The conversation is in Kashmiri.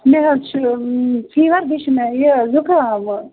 مےٚ حظ چھُ فیٖوَر بیٚیہِ چھُ مےٚ یہِ زُکامہٕ